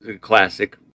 classic